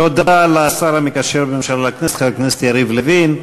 תודה לשר המקשר בין הממשלה לכנסת חבר הכנסת יריב לוין.